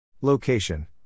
Location